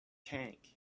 tank